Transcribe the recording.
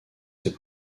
ses